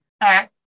Act